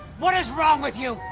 what is wrong with you.